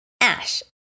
Ash